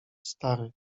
stary